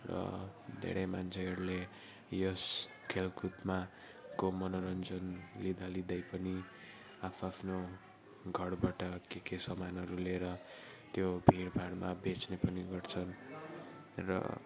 र धेरै मान्छेहरूले यस खेलकुदमा को मनोरञ्जन लिँदालिँदै पनि आफ्आफ्नो घरबाट के के सामानहरू लिएर त्यो भिडभाडमा बेच्ने पनि गर्छन् र